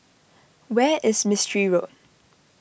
where is Mistri Road